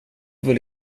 väl